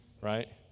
right